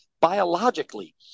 biologically